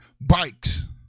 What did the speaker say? Bikes